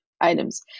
items